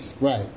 Right